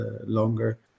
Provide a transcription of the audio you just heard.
longer